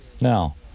Now